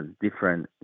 different